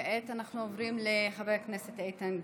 כעת אנחנו עוברים לחבר הכנסת איתן גינזבורג.